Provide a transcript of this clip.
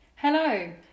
Hello